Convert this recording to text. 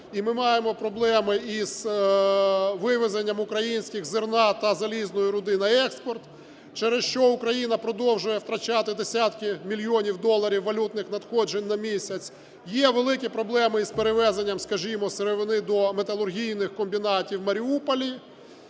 і ми маємо проблеми і з вивезенням українського зерна та залізної руди на експорт, через що Україна продовжує втрачати десятки мільйонів доларів валютних надходжень на місяць. Є великі проблеми із перевезенням, скажімо, сировини до металургійних комбінатів в Маріуполі.